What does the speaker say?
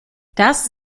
das